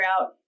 out